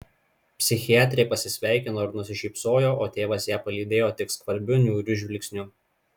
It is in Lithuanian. psichiatrė pasisveikino ir nusišypsojo o tėvas ją palydėjo tik skvarbiu niūriu žvilgsniu